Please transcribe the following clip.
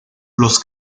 los